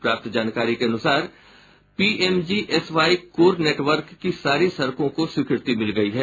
प्राप्त जानकारी के अनुसार पीएमजीएसवाई कोर नेटवर्क की सारी सड़कों को स्वीकृति मिल गयी है